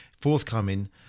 forthcoming